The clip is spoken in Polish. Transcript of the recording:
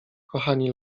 kochani